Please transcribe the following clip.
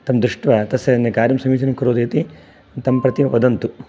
तं दृष्ट्वा तस्य नि कार्यं समीचीनं करोतु इति तं प्रति वदन्तु